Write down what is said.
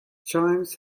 chimes